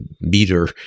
meter